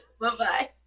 Bye-bye